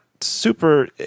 super